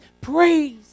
praise